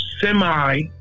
semi